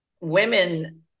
women